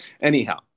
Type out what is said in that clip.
Anyhow